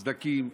סדקים,